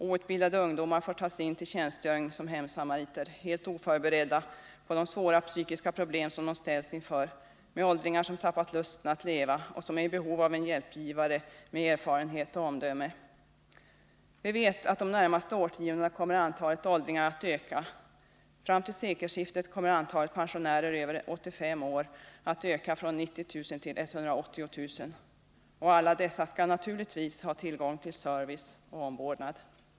Outbildade ungdomar får tas in till tjänstgöring som hemsamariter, helt oförberedda på de svåra psykiska problem som de ställs inför, med åldringar som tappat lusten att leva och som är i behov av en hjälpgivare med erfarenhet och omdöme. Vi vet att de närmaste årtiondena kommer antalet åldringar att öka. Fram till sekelskiftet kommer antalet pensionärer över 85 år att öka från 90 000 till 180 000. Och alla dessa skall naturligtvis ha tillgång till service och omvårdnad.